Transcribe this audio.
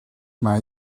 mae